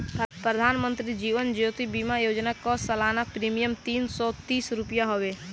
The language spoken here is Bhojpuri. प्रधानमंत्री जीवन ज्योति बीमा योजना कअ सलाना प्रीमियर तीन सौ तीस रुपिया हवे